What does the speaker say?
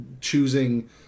choosing